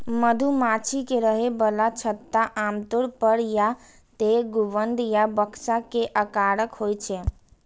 मधुमाछी के रहै बला छत्ता आमतौर पर या तें गुंबद या बक्सा के आकारक होइ छै